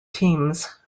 teams